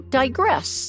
digress